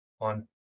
on